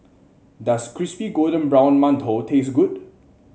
does Crispy Golden Brown Mantou taste good